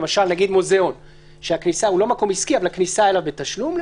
למשל מוזיאון שהוא לא מקום עסקי אבל הכניסה אליו היא בתשלום.